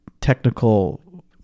technical